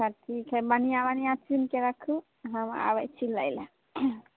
अच्छा ठीक हय बढ़िआँ बढ़िआँ चुनके रखू हम आबैत छी लै लऽ